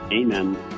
Amen